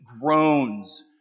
groans